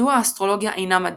מדוע האסטרולוגיה אינה מדע,